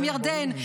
עם ירדן,